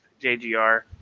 JGR